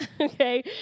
okay